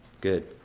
Good